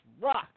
rock